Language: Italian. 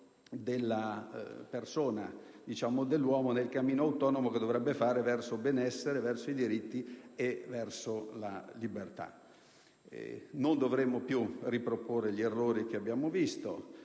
della persona, dell'uomo nel cammino autonomo che dovrebbe fare compiere verso il benessere, i diritti e la libertà. Non dovremmo più riproporre gli errori che abbiamo visto.